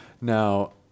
Now